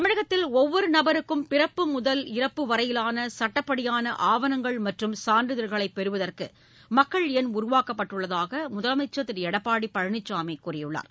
தமிழகத்தில் ஒவ்வொரு நபருக்கும் பிறப்பு முதல் இறப்பு வரையிலான சட்டப்படியான ஆவணங்கள் மற்றும் சான்றிதழ்களை பெறுவதற்கு மக்கள் எண் உருவாக்கப்பட்டுள்ளதாக முதலமைச்சா் திரு எடப்பாடி பழனிசாமி கூறியுள்ளார்